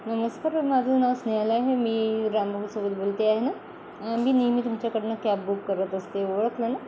नमस्कार माझं नाव स्नेहल आहे मी रामभाऊसोबत बोलते आहे ना मी नेहमी तुमच्याकडनं कॅब बुक करत असते ओळखलं ना